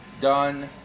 done